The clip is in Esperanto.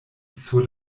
sur